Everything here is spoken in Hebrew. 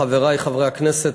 חברי חברי הכנסת,